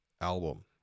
album